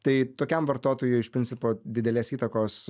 tai tokiam vartotojui iš principo didelės įtakos